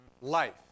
life